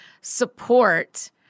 support